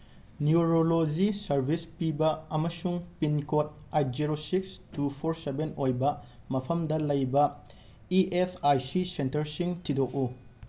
neurology service ꯄꯤꯕ ꯑꯃꯁꯨꯡ pin code eight zero six two four seven ꯑꯣꯏꯕ ꯃꯐꯝꯗ ꯂꯩꯕ ꯏ ꯑꯦꯁ ꯑꯥꯏ ꯁꯤ ꯁꯦꯟꯇꯔꯁꯤꯡ ꯊꯤꯗꯣꯛꯎ